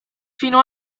fino